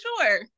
sure